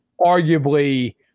arguably